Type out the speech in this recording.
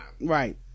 Right